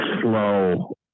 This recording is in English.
slow